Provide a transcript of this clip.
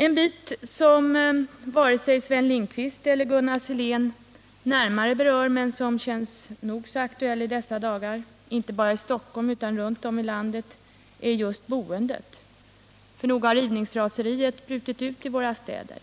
En bit som varken Sven Lindqvist eller Gunnar Sillén närmare berör men som känns nog så aktuell i dessa dagar inte bara i Stockholm utan runt om i landet är just boendet. Nog har rivningsraseriet brutit ut i våra städer. Kvarteret